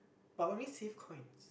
but when we save coins